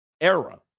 era